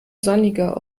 sonniger